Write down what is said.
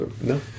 no